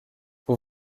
vous